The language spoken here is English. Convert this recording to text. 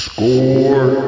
Score